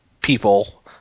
people